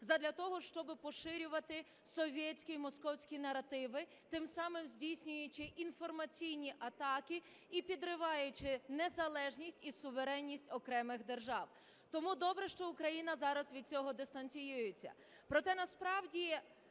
задля того, щоби поширювати совєцькі московські наративи, тим самим здійснюючи інформаційні атаки і підриваючи незалежність і суверенність окремих держав. Тому добре, що Україна зараз від цього дистанціюється.